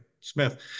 Smith